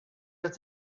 that